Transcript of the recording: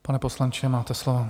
Pane poslanče, máte slovo.